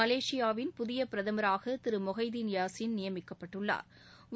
மலேசியாவின் புதிய பிரதமராக திரு மொகைதீன் யாசின் நியமிக்கப்பட்டுள்ளாா்